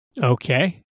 Okay